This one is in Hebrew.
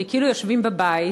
כי כאילו יושבים בבית,